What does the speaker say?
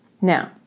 Now